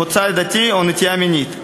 מוצא עדתי או נטייה מינית.